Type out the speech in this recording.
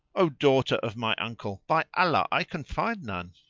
o daughter of my uncle. by allah i can find none!